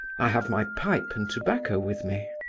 i have my pipe and tobacco with me.